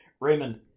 Raymond